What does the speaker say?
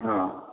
ହଁ